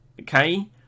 okay